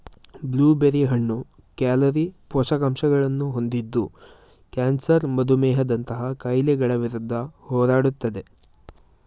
blue berry ಹಣ್ಣು calorie, ಪೋಷಕಾಂಶಗಳನ್ನು ಹೊಂದಿದ್ದು ಕ್ಯಾನ್ಸರ್ ಮಧುಮೇಹದಂತಹ ಕಾಯಿಲೆಗಳ ವಿರುದ್ಧ ಹೋರಾಡುತ್ತದೆ